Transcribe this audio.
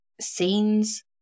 scenes